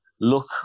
look